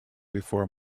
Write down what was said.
before